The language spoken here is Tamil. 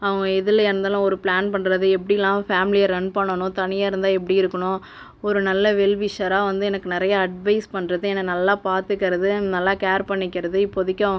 அவங்க எதுலயாக இருந்தாலும் ஒரு பிளான் பண்றது எப்படிலாம் ஃபேமிலியை ரன் பண்ணனும் தனியாக இருந்தால் எப்படி இருக்கணும் ஒரு நல்ல வெல்விஷராக வந்து எனக்கு நிறையா அட்வைஸ் பண்ணுறது என்னை நல்லா பார்த்துக்கறது நல்லா கேர் பண்ணிக்கிறது இப்போதைக்கி